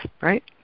right